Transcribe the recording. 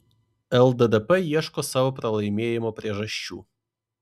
lddp ieško savo pralaimėjimo priežasčių